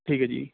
ਠੀਕ ਹੈ ਜੀ